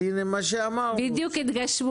גם עלתה,